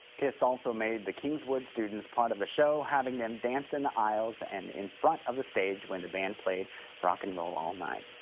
kiss also made the kingwood students part of the show having them dance in the aisles and in front of the stage when the band played rock and roll all night.